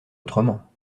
autrement